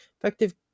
effective